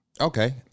okay